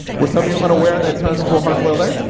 were some of you unaware that it turns into a hard-boiled egg?